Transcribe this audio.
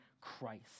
Christ